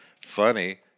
funny